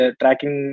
tracking